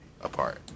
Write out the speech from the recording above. apart